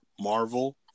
Marvel